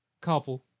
Couple